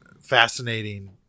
fascinating